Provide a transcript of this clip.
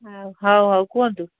ହଉ ହଉ କୁହନ୍ତୁ